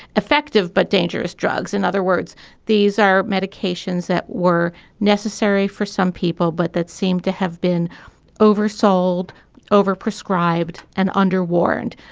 effective but dangerous drugs in other words these are medications that were necessary for some people but that seemed to have been oversold overprescribed and under warned.